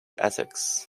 essex